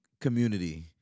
community